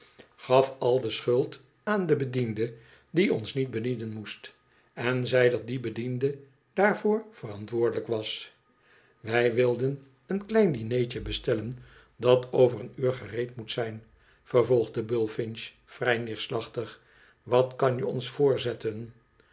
gaf al de schuld aan don bediende die ons niet bedienen moest en zei dat die bediende daarvoor verantwoordelijk was wij wilden een klein dinertje bestellen dat over een uur gereed moet zijn vervolgde bullfinch vrij neerslachtig wat kan je ons voorzetten